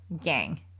gang